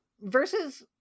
Versus